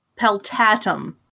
peltatum